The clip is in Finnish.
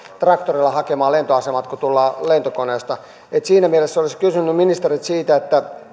traktorilla tulla hakemaan lentoasemalta kun tullaan lentokoneesta siinä mielessä olisin kysynyt ministeriltä